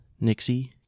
Nixie